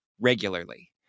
regularly